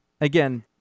Again